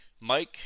Mike